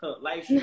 life